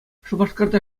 шупашкарта